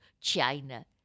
China